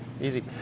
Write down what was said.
Easy